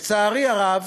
לצערי הרב,